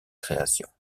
créations